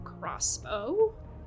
crossbow